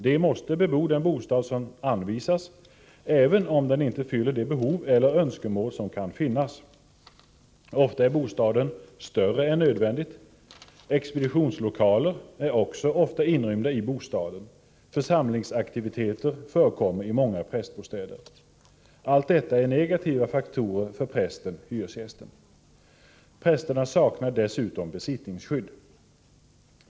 De måste bebo den bostad som anvisas, även om den inte fyller de behov eller önskemål som kan finnas. Ofta är bostaden större än növändigt. Expeditionslokaler är också ofta inrymda i bostaden. Församlingsaktiviteter förekommer i många prästbostäder. Allt detta är negativa faktorer för prästen/hyresgästen. Prästerna saknar dessutom besittningsskydd.